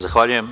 Zahvaljujem.